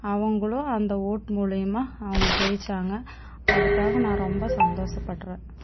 அவர்களும் அந்த ஓட்டு மூலிமா அவங்க ஜெயித்தாங்க அதுக்காக நான் ரொம்ப சந்தோஷப்படுறேன்